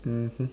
mmhmm